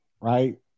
right